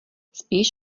spíš